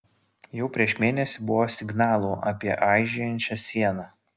jau prieš mėnesį buvo signalų apie aižėjančią sieną